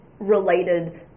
related